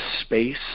space